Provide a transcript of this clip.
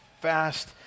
fast